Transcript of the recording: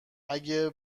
اگه